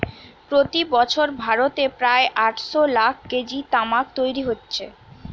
প্রতি বছর ভারতে প্রায় আটশ লাখ কেজি তামাক তৈরি হচ্ছে